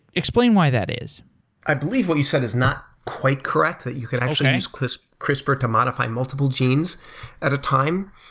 explain why that is i believe what you said is not quite correct, that you could actually use crispr crispr to modify multiple genes at a time.